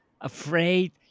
afraid